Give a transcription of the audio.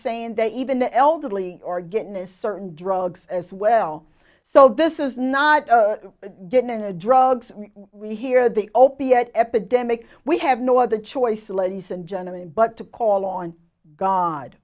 saying that even the elderly are getting a certain drugs as well so this is not good in a drugs we hear the opiate epidemic we have no other choice ladies and gentlemen but to call on god